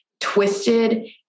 twisted